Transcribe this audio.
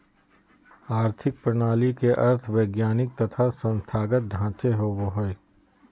आर्थिक प्रणाली के अर्थ वैधानिक तथा संस्थागत ढांचे होवो हइ